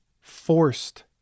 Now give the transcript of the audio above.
forced